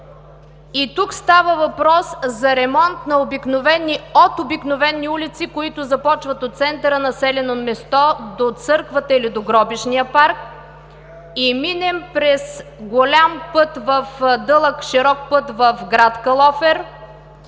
Тук става въпрос за ремонт – от обикновени улици, които започват от центъра на населеното място до църквата или до гробищния парк, и минем през дълъг, широк път в град Калофер,